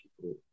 people